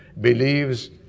believes